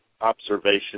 observation